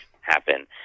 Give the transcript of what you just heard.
happen